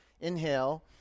inhale